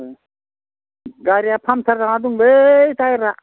ओं गारिया फांसार जाना दंलै टायारआ